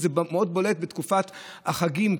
וזה מאוד בולט בתקופת החגים.